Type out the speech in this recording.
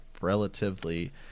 relatively